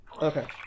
Okay